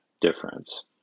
difference